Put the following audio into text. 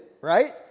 right